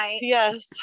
Yes